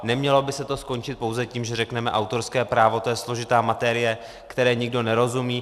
Nemělo by to skončit pouze tím, že řekneme: Autorské právo, to je složitá materie, které nikdo nerozumí.